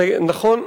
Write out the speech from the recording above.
זה נכון,